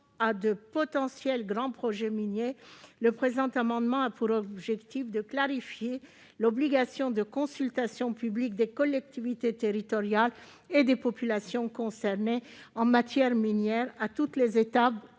lancement de grands projets miniers. Le présent amendement a donc pour objet de clarifier l'obligation de consultation publique des collectivités territoriales et des populations concernées en matière minière, à toutes les étapes